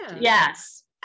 yes